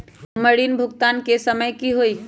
हमर ऋण भुगतान के समय कि होई?